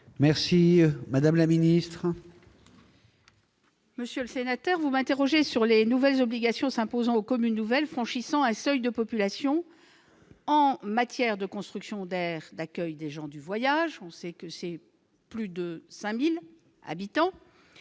est à Mme la ministre. Monsieur le sénateur, vous m'interrogez sur les nouvelles obligations s'imposant aux communes nouvelles franchissant un seuil de population en matière de construction d'aires d'accueil des gens du voyage- plus de 5 000 habitants